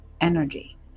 energy